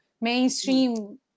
mainstream